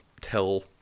tell